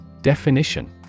Definition